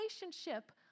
relationship